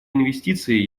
инвестиции